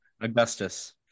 Augustus